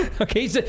Okay